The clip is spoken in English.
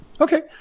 Okay